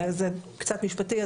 זה קצת משפטי,